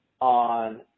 on